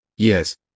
Yes